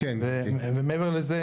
מעבר לזה